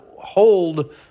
hold